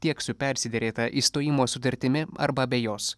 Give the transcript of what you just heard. tiek su persiderėta išstojimo sutartimi arba be jos